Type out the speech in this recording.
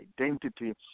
identity